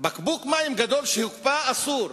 בקבוק מים גדול שהוקפא, אסור.